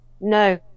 No